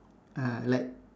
uh like